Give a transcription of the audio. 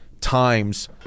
times